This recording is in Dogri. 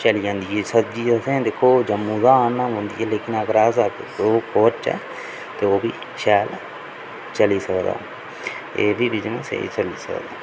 चली जंदी ऐ सब्जी असें दिक्खो जम्मू दा आनना पौंदी ऐ लेकिन अगर अस ओह् खोह्लचै ते ओह् बी शैल चली सकदा एह् बी बिजनेस स्हेई चली सकदा